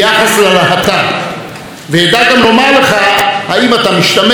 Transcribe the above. ואדע גם לומר לך אם אתה משתמש במונח "מסתננים",